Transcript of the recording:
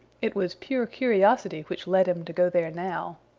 it was pure curiosity which led him to go there now.